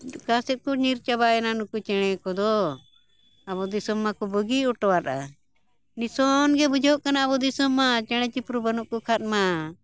ᱚᱠᱟ ᱥᱮᱜ ᱠᱚ ᱧᱤᱨ ᱪᱟᱵᱟᱭᱮᱱᱟ ᱱᱩᱠᱩ ᱪᱮᱬᱮ ᱠᱚᱫᱚ ᱟᱵᱚ ᱫᱤᱥᱚᱢ ᱢᱟ ᱠᱚ ᱵᱟᱹᱜᱤ ᱚᱴᱚᱣᱟᱨᱟᱜᱼᱟ ᱱᱤᱥᱚᱱ ᱜᱮ ᱵᱩᱡᱷᱟᱹᱜ ᱠᱟᱱᱟ ᱟᱵᱚ ᱫᱤᱥᱚᱢ ᱢᱟ ᱪᱮᱬᱮ ᱪᱤᱯᱨᱩ ᱵᱟᱹᱱᱩᱜ ᱠᱚ ᱠᱷᱟᱱ ᱢᱟ